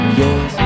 yes